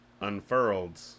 unfurled